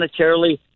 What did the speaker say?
monetarily